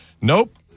Nope